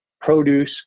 produce